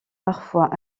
parfois